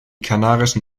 kanarischen